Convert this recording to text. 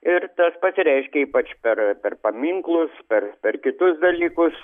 ir tas pasireiškia ypač per per paminklus per per kitus dalykus